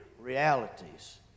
realities